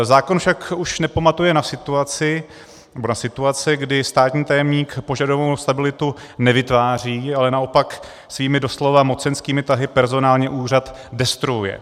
Zákon však už nepamatuje na situace, kdy státní tajemník požadovanou stabilitu nevytváří, ale naopak svými doslova mocenskými tahy personální úřad destruuje.